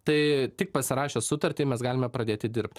tai tik pasirašius sutartį mes galime pradėti dirbt